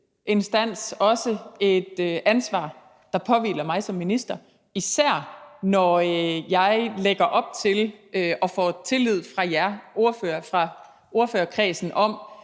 instans også et ansvar, der påhviler mig som minister, især når jeg lægger op til – med tillid fra jer ordførere fra ordførerkredsen –